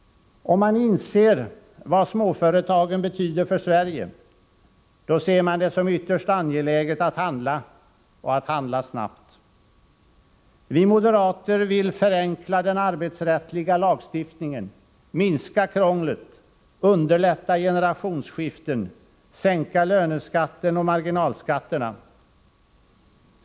Om man inser vad småföretagen betyder för Sverige, då ser man det som ytterst angeläget att handla och att handla snabbt. Vi moderater vill förenkla den arbetsrättsliga lagstiftningen, minska krånglet, underlätta generationsskiften, sänka löneskatten och marginalskatterna.